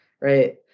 right